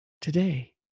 today